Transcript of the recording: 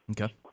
Okay